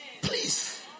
please